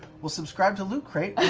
we'll subscribe to loot crate